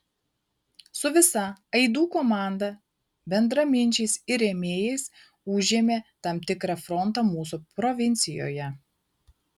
su visa aidų komanda bendraminčiais ir rėmėjais užėmė tam tikrą frontą mūsų provincijoje